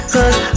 Cause